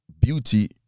beauty